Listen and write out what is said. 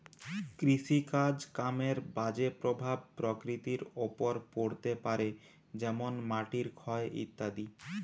কৃষিকাজ কামের বাজে প্রভাব প্রকৃতির ওপর পড়তে পারে যেমন মাটির ক্ষয় ইত্যাদি